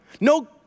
no